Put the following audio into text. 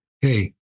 hey